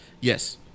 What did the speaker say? Yes